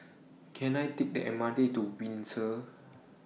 Can I Take The M R T to Windsor